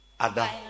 Ada